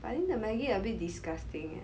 but I think the maggie a bit disgusting eh